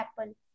apple